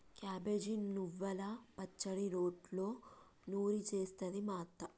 cabbage నువ్వల పచ్చడి రోట్లో నూరి చేస్తది మా అత్త